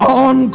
on